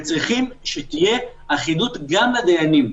צריך שתהיה אחידות גם לדיינים.